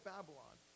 Babylon